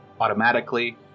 automatically